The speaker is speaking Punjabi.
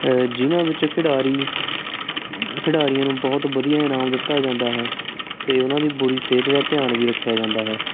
ਜਿਨਾਂ ਵਿੱਚੋਂ ਖਿਡਾਰੀ ਖਿਡਾਰੀਆਂ ਨੂੰ ਬਹੁਤ ਵਧੀਆ ਇਨਾਮ ਦਿੱਤਾ ਜਾਂਦਾ ਹੈ ਅਤੇ ਉਹਨਾਂ ਦੀ ਬੁਰੀ ਸਿਹਤ ਦਾ ਧਿਆਨ ਵੀ ਰੱਖਿਆ ਜਾਂਦਾ ਹੈ